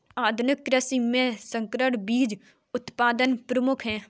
आधुनिक कृषि में संकर बीज उत्पादन प्रमुख है